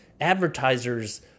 advertisers